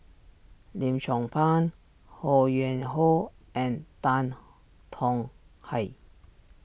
Lim Chong Pang Ho Yuen Hoe and Tan Tong Hye